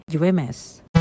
UMS